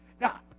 Now